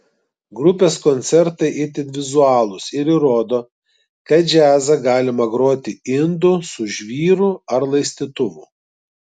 grupės koncertai itin vizualūs ir įrodo kad džiazą galima groti indu su žvyru ar laistytuvu